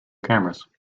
cameras